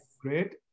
Great